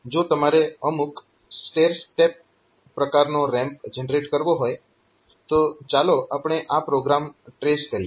જો તમારે અમુક સ્ટેયર સ્ટેપ પ્રકારનો રેમ્પ જનરેટ કરવો હોય તો ચાલો આપણે આ પ્રોગ્રામ ટ્રેસ કરીએ